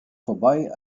vorbei